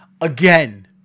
again